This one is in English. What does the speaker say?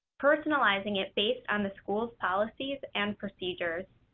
personalizing it based on the school's policies and procedures.